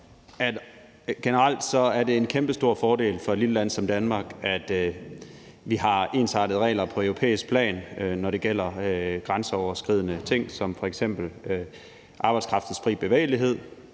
generelt er det en kæmpestor fordel for et lille land som Danmark, at vi har ensartede regler på europæisk plan, når det gælder grænseoverskridende ting som f.eks. arbejdskraftens fri bevægelighed.